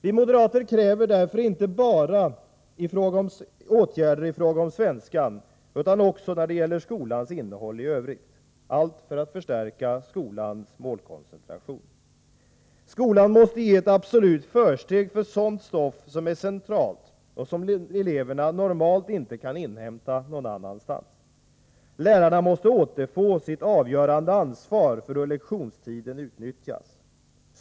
Vi moderater kräver därför åtgärder inte bara i fråga om svenskan utan också när det gäller skolans innehåll i övrigt — allt för att förstärka skolans målkoncentration. Skolan måste ge ett absolut försteg för sådant stoff som är centralt och som eleverna normalt inte kan inhämta någon annanstans. Lärarna måste återfå sitt avgörande ansvar för hur lektionstiden utnyttjas.